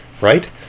right